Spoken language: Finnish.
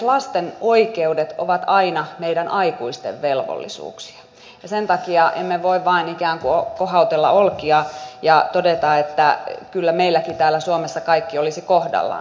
lasten oikeudet ovat aina meidän aikuisten velvollisuuksia ja sen takia emme voi vain ikään kuin kohautella olkia ja todeta että kyllä meilläkin täällä suomessa kaikki olisi kohdallaan